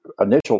initial